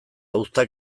uztak